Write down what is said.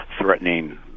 threatening